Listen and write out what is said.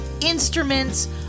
instruments